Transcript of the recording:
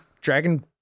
dragon